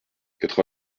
quatre